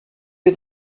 you